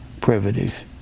privative